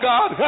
God